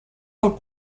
del